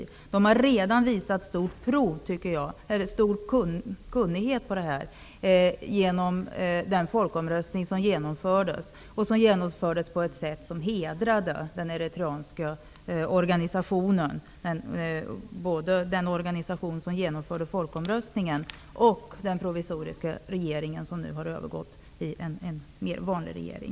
Eritrea har redan visat stor kunnighet genom den folkomröstning som genomfördes på ett sätt som hedrade den eritreanska organisationen, både den organisation som genomförde folkomröstningen och den provisoriska regeringen, som nu har övergått till en permanent regering.